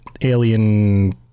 alien